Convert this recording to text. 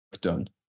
done